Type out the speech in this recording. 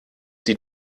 die